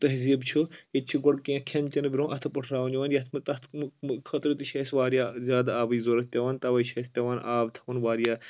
تہذیٖب چھُ ییٚتہِ چھِ گۄڈٕ کینٛہہ کھیٚن چیٚن برونٛہہ اَتھٕ پٹھراوُنہٕ یِوان یَتھ منٛز تَتھ خٲطرٕ تہِ چھِ اَسہِ واریاہ زیادٕ آبٕچ ضروٗرَت پیٚوان تَوَے چھِ اَسہِ پیٚوان آب تھَوُن واریاہ